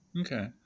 Okay